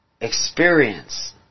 Experience